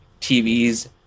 tvs